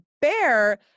bear